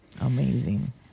amazing